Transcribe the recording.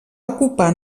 ocupar